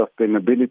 sustainability